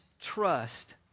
trust